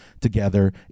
together